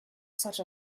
such